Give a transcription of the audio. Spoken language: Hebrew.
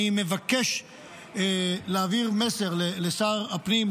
אני מבקש להעביר מסר לשר הפנים,